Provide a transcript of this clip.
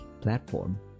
platform